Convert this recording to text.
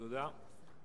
תודה.